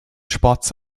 sports